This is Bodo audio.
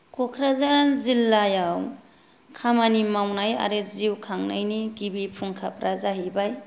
क'क्राझार जिल्लायाव खामानि मावनाय आरो जिउ खांनायनि गिबि फुंखाफोरा जाहैबाय